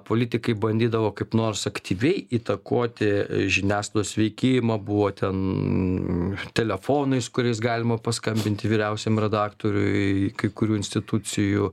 politikai bandydavo kaip nors aktyviai įtakoti žiniasklaidos veikimą buvo ten telefonais kuriais galima paskambinti vyriausiam redaktoriui kai kurių institucijų